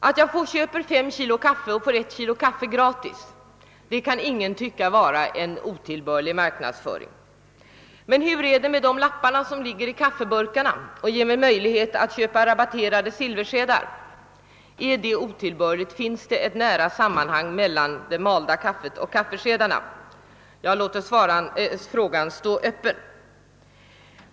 Att jag köper 5 kg kaffe och får 1 kg kaffe gratis kan ingen tycka vara en otillbörlig marknadsföring. Men hur är det med de lappar som ligger i kaffeburkarna och ger mig möjlighet att köpa rabatterade silverskedar. Är det otillbörligt? Finns det ett nära sammanhang mellan det malda kaffet och kaffeskedarna? Jag låter frågan stå öppen.